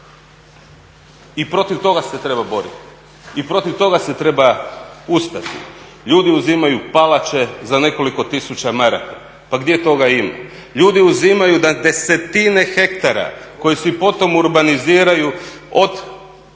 I protiv toga se treba boriti. I protiv toga se treba ustati. Ljudi uzimaju palače za nekoliko tisuća maraka. Pa gdje toga ima? Ljudi uzimaju na desetine hektara koje si potom urbaniziraju od